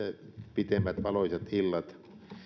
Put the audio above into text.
pitemmät valoisat illat